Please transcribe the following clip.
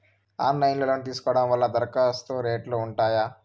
Online లో loan తీసుకోవడం వల్ల దరఖాస్తు రేట్లు ఉంటాయా?